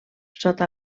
sota